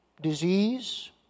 disease